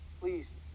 please